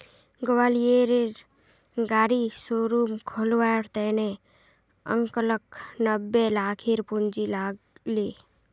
ग्वालियरेर गाड़ी शोरूम खोलवार त न अंकलक नब्बे लाखेर पूंजी लाग ले